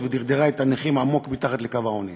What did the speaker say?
ודרדר את הנכים עמוק מתחת לקו העוני.